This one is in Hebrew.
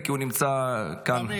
כי הוא נמצא כאן,